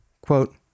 quote